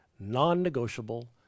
non-negotiable